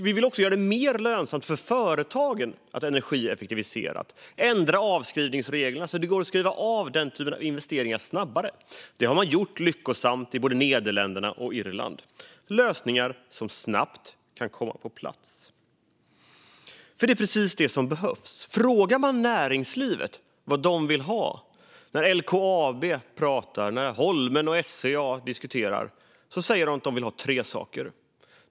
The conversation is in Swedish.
Vi vill också göra det mer lönsamt för företagen att energieffektivisera genom att ändra avskrivningsreglerna så att det går att skriva av den typen av investeringar snabbare. Det har man gjort lyckosamt i både Nederländerna och Irland. Det här är lösningar som snabbt kan komma på plats, och det är precis det som behövs. När man frågar näringslivet vad de vill ha, när LKAB pratar och Holmen och SCA diskuterar, säger de att de vill ha tre saker.